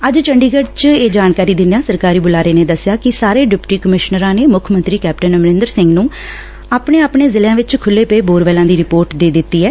ਅੱਜ ਚੰਡੀਗੜ੍ ਚ ਇਹ ਜਾਣਕਾਰੀ ਦਿੰਦਿਆਂ ਸਰਕਾਰੀ ਬੁਲਾਰੇ ਨੇ ਦਸਿਆ ਕਿ ਸਾਰੇ ਡਿਪਟੀ ਕਮਿਸ਼ਨਰਾਂ ਨੇ ਮੁੱਖ ਮੰਤਰੀ ਕੈਪਟਨ ਅਮਰਿੰਦਰ ਸਿੰਘ ਨੂੰ ਆਪਣੇ ਆਪਣੇ ਜ਼ਿਲ੍ਹਿਆ ਚ ਖੁੱਲ੍ਹੇ ਪਏ ਬੋਰਵੈੱਲਾਂ ਦੀ ਰਿਪੋਰਟ ਦੇ ਦਿਤੀ ਐ